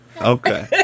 okay